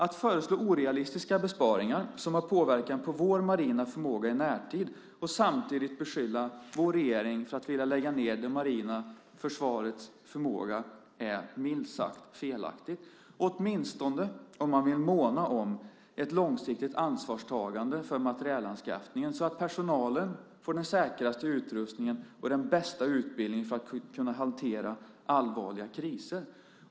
Att föreslå orealistiska besparingar som har påverkan på vår marina förmåga i närtid och samtidigt beskylla vår regering för att vilja lägga ned det marina försvarets förmåga är minst sagt felaktigt, åtminstone om man vill måna om ett långsiktigt ansvarstagande för materielanskaffningen så att personalen får den säkraste utrustningen och den bästa utbildningen för att kunna hantera allvarliga kriser.